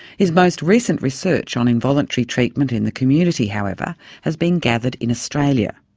his most recent research on involuntary treatment in the community however has been gathered in australia.